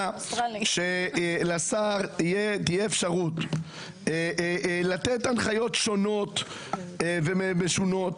שלשר תהיה אפשרות לתת הנחיות שונות ומשונות,